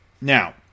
now